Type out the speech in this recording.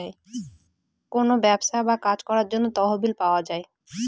কোনো ব্যবসা বা কাজ করার জন্য তহবিল পাওয়া যায়